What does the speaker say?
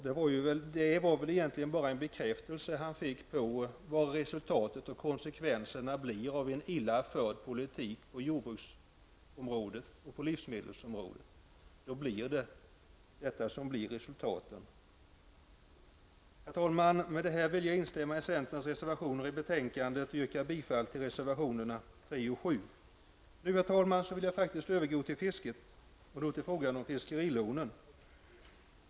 Det var väl bara en bekräftelse han då fick på vad resultatet och konsekvenserna blir av en illa förd politik på jordbruks och livsmedelsområdet. Herr talman! Med detta vill jag instämma i centerns reservationer till betänkandet och yrka bifall till reservationerna 3 och 7. Nu, herr talman, vill jag övergå till att tala om fiskerilånen.